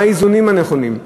מה האיזונים הנכונים,